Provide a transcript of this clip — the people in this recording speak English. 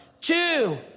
two